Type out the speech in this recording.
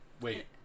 Wait